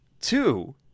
two